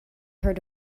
heard